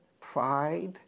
pride